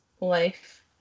life